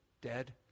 dead